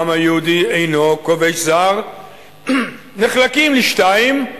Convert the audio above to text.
העם היהודי אינו כובש זר נחלקים לשניים,